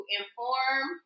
inform